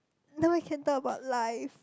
now we can talk about life